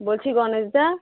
বলছি গণেশদা